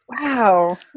Wow